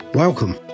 Welcome